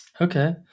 Okay